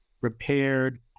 repaired